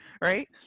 right